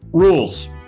Rules